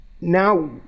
Now